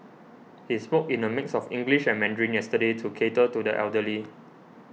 he spoke in a mix of English and Mandarin yesterday to cater to the elderly